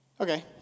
Okay